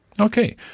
Okay